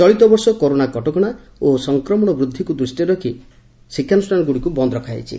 ଚଳିତ ବର୍ଷ କରୋନା କଟକଶା ଓ ସଂକ୍ରମଣ ବୃଦ୍ଧିକୁ ଦୃଷ୍କିରେ ରଖାଯାଇ ଶିକ୍ଷାନୁଷାନଗୁଡ଼ିକୁ ବନ୍ଦ୍ ରଖାଯାଇଛି